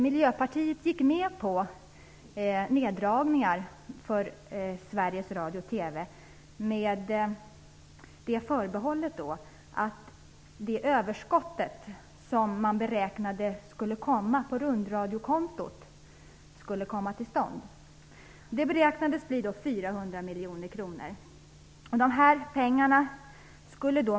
Miljöpartiet gick med på neddragningar på Sveriges Radio-TV med det förbehållet att det överskott som man beräknade skulle uppstå på rundradiokontot skulle komma till stånd. Det beräknades bli 400 miljoner kronor.